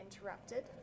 interrupted